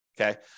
okay